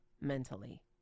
mentally